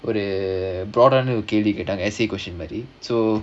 ஒரு:oru essay question கேட்டாங்க:kettaanga so